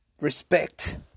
respect